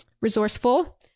Resourceful